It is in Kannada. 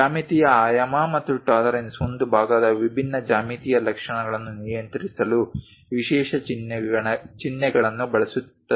ಜ್ಯಾಮಿತೀಯ ಆಯಾಮ ಮತ್ತು ಟಾಲರೆನ್ಸ್ ಒಂದು ಭಾಗದ ವಿಭಿನ್ನ ಜ್ಯಾಮಿತೀಯ ಲಕ್ಷಣಗಳನ್ನು ನಿಯಂತ್ರಿಸಲು ವಿಶೇಷ ಚಿಹ್ನೆಗಳನ್ನು ಬಳಸುತ್ತದೆ